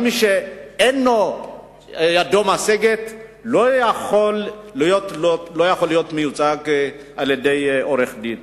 מי שידו אינה משגת לא יכול להיות מיוצג על-ידי עורך-דין.